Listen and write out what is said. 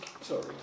Sorry